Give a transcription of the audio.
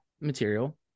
material